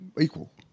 equal